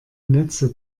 netze